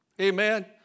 Amen